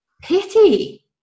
pity